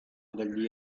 dagli